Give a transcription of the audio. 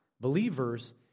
believers